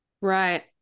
Right